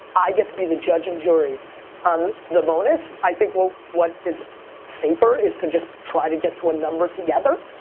i get to be the judge and jury on the bonus, i think what what is safer is to just try to get to a number together.